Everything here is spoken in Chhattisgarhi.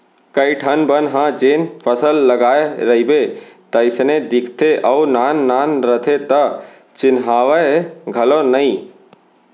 कइ ठन बन ह जेन फसल लगाय रइबे तइसने दिखते अउ नान नान रथे त चिन्हावय घलौ नइ